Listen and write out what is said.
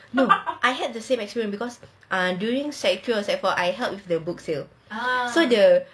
no I had the same experience because ah during secondary three or secondary four I help with the book sale